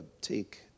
take